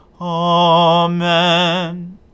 Amen